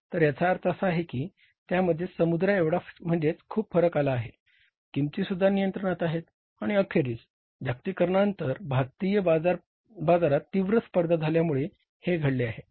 तर याचा अर्थ असा आहे की त्यांमध्ये समुद्रा एवढा म्हणजेच खूप फरक आला आहे किंमतीसुद्धा नियंत्रणात आहेत आणि अखेरीस जागतिकीकरणानंतर भारतीय बाजारात तीव्र स्पर्धा झाल्यामुळे हे घडले आहे